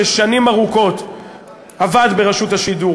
ששנים ארוכות עבד ברשות השידור,